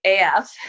af